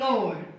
Lord